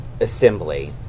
assembly